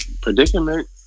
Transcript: predicament